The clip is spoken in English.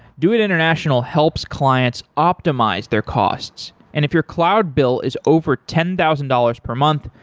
doit international helps clients optimize their costs, and if your cloud bill is over ten thousand dollars per month,